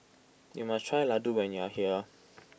you must try Ladoo when you are here